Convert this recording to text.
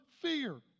fear